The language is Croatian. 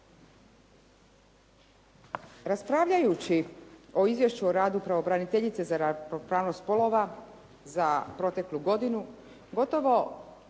Raspravljajući o Izvješću o radu pravobraniteljice za ravnopravnost spolova za proteklu godinu gotovo